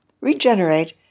regenerate